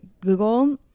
google